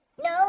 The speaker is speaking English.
No